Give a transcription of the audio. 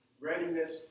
readiness